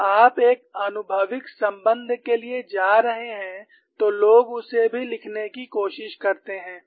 जब आप एक आनुभविक संबंध के लिए जा रहे हैं तो लोग उसे भी लिखने की कोशिश करते हैं